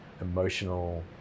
emotional